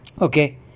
okay